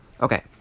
Okay